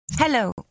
Hello